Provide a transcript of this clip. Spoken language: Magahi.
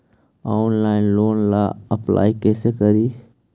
ऑनलाइन लोन ला अप्लाई कैसे करी?